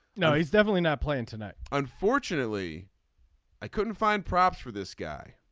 no he's definitely not playing tonight. unfortunately i couldn't find props for this guy